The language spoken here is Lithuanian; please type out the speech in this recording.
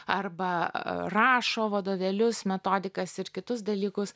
arba rašo vadovėlius metodikas ir kitus dalykus